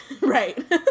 Right